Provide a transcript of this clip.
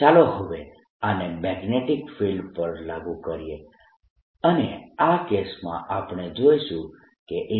ચાલો હવે આને મેગ્નેટીક ફિલ્ડ પર લાગુ કરીએ અને આ કેસમાં આપણે જોઈશું કે A